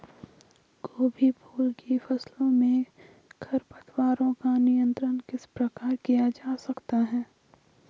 गोभी फूल की फसलों में खरपतवारों का नियंत्रण किस प्रकार किया जा सकता है?